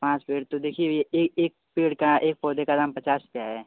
पाँच पेड़ तो देखिए भैया एक पेड़ का एक पौधे का दाम पचास रुपया है